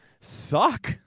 suck